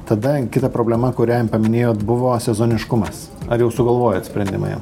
tada kita problema kurią paminėjot buvo sezoniškumas ar jau sugalvojot sprendimą jam